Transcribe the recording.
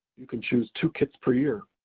you can choose two kits per year,